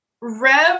Rev